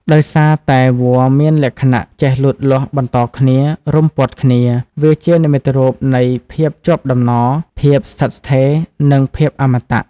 ដោយសារតែវល្លិ៍មានលក្ខណៈចេះលូតលាស់បន្តគ្នា រុំព័ទ្ធគ្នា វាជានិមិត្តរូបនៃ ភាពជាប់តំណ ភាពស្ថិតស្ថេរ និងភាពអមតៈ។